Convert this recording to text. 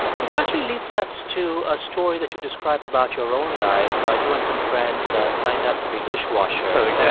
this actually leads us to a story that you describe about your own life. you and some friends signed up to be dishwashers. yeah